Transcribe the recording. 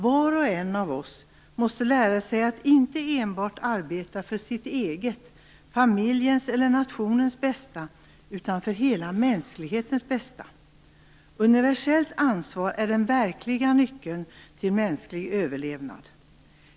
Var och en av oss måste lära sig att inte enbart arbeta för sitt eget, familjens eller nationens bästa utan för hela mänsklighetens bästa. Universellt ansvar är den verkliga nyckeln till mänsklig överlevnad.